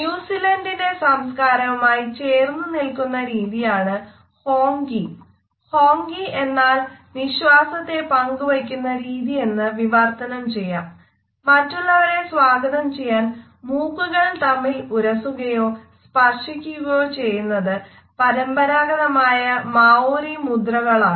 ന്യൂസിലൻഡിന്റെ സംസ്കാരവുമായി ചേർന്ന് നിൽക്കുന്ന രീതിയാണ് ഹോങ്കി മുദ്രകളാണ്